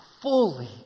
fully